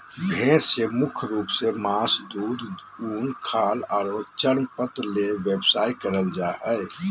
भेड़ से मुख्य रूप से मास, दूध, उन, खाल आरो चर्मपत्र ले व्यवसाय करल जा हई